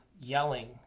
yelling